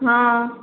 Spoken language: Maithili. हँ